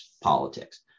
politics